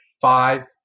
Five